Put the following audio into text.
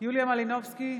יוליה מלינובסקי,